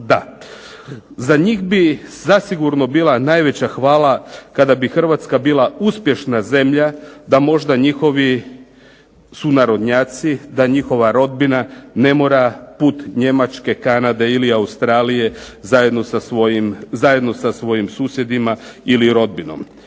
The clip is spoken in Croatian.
da. Za njih bi zasigurno bila najveća hvala kada bi Hrvatska bila uspješna zemlja, da možda njihovi sunarodnjaci, da njihova rodbina ne mora put Njemačke, Kanade ili Australije zajedno sa svojim susjedima ili rodbinom,